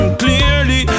clearly